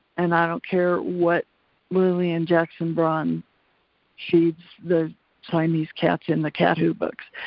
and i don't care what lilian jackson braun feeds the siamese cats in the cat who books.